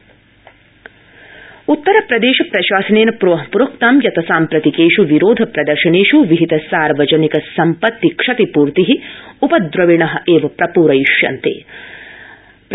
उत्तरप्रदर्शनम् प्रदेश उत्तरप्रदेश प्रशासनेन पुन प्रोक्तं यत् साम्प्रतिकेष् विरोध प्रदर्शनेष् विहित सार्वजनिक सम्पति क्षतिपूर्ति उपद्रविण एव प्रप्रायष्यिन्ते